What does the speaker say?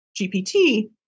GPT